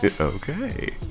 okay